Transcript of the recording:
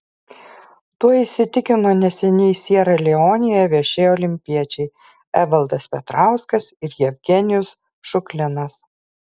tuo įsitikino neseniai siera leonėje viešėję olimpiečiai evaldas petrauskas ir jevgenijus šuklinas